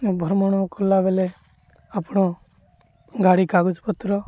ଭ୍ରମଣ କଲାବେେଳେ ଆପଣ ଗାଡ଼ି କାଗଜପତ୍ର